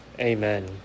Amen